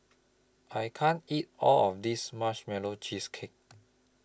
I can't eat All of This Marshmallow Cheesecake